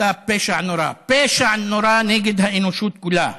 הייתה פשע נורא, פשע נורא נגד האנושות כולה.